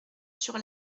sur